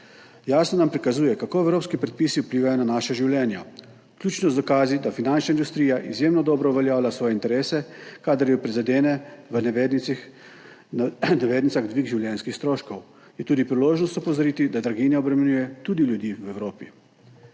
Jasno nam prikazuje, kako evropski predpisi vplivajo na naša življenja, vključno z dokazi, da finančna industrija izjemno dobro uveljavlja svoje interese, kadar jo prizadene, v navednicah, »dvig življenjskih stroškov«, zato je tudi priložnost opozoriti, da draginja obremenjuje tudi ljudi v Evropi.